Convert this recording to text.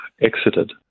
exited